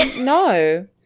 No